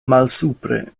malsupre